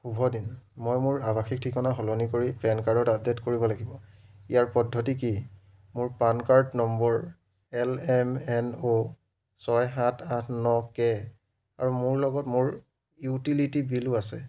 শুভ দিন মই মোৰ আৱাসিক ঠিকনা সলনি কৰি পেন কাৰ্ডত আপডে'ট কৰিব লাগিব ইয়াৰ পদ্ধতি কি মোৰ PAN card number L M N O ছয় সাত আঠ ন কে আৰু মোৰ লগত মোৰ ইউটিলিটি বিলো আছে